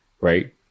Right